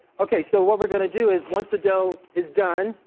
okay, so what we're gonna do is once the dough is done,